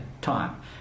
time